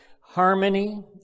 harmony